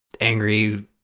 angry